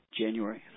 January